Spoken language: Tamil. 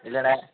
இல்லைணே